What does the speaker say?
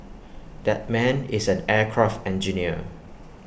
that man is an aircraft engineer